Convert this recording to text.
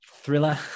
thriller